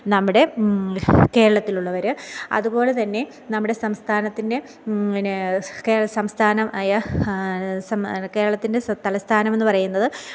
നമ്മുടെ കേരളത്തിലുള്ളവർ അതുപോലെതന്നെ നമ്മുടെ സംസ്ഥാനത്തിൻ്റെ പിന്നെ സംസ്ഥാനമായ കേരളത്തിൻ്റെ തലസ്ഥാനമെന്ന് പറയുന്നത്